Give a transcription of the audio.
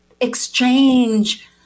exchange